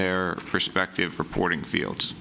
their respective reporting fields